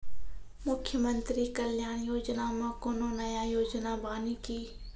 मुख्यमंत्री कल्याण योजना मे कोनो नया योजना बानी की?